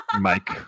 Mike